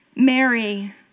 Mary